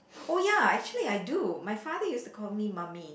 oh ya actually I do my father used to call me mummy